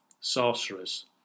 Sorcerers